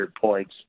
points